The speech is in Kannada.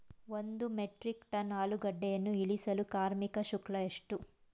ಒಂದು ಮೆಟ್ರಿಕ್ ಟನ್ ಆಲೂಗೆಡ್ಡೆಯನ್ನು ಇಳಿಸಲು ಕಾರ್ಮಿಕ ಶುಲ್ಕ ಎಷ್ಟು?